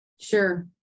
Sure